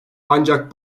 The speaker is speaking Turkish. ancak